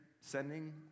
sending